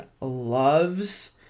loves